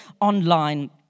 online